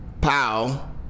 pow